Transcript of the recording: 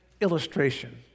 illustration